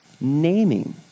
Naming